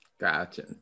gotcha